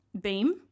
beam